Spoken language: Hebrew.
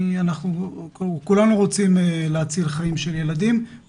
אנחנו כולנו רוצים להציל חיים של ילדים,